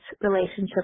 relationship